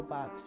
Box